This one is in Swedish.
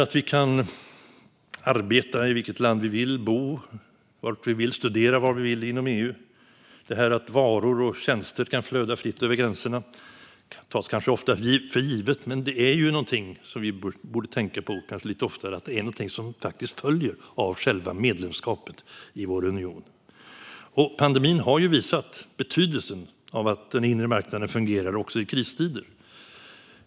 Att vi kan arbeta i vilket land vi vill, bo var vi vill och studera var vi vill inom EU och att varor och tjänster kan flöda fritt över gränserna tas kanske ofta för givet men vi borde kanske tänka lite oftare på att det är någonting som faktiskt följer av själva medlemskapet i vår union. Pandemin har visat på betydelsen av att den inre marknaden fungerar också i kristider.